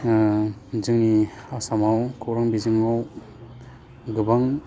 जोंनि आसामाव खौरां बिजोङाव गोबां